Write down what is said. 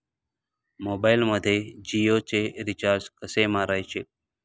मोबाइलमध्ये जियोचे रिचार्ज कसे मारायचे?